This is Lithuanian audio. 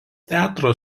teatro